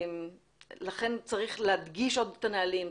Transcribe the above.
לכן צריך להדגיש עוד את הנהלים,